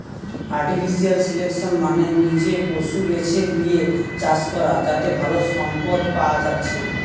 artificial selection মানে নিজে পশু বেছে লিয়ে চাষ করা যাতে ভালো সম্পদ পায়া যাচ্ছে